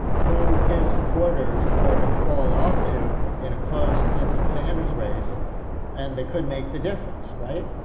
who his supporters are going to fall off to in a close clinton sanders race and they could make the difference, right?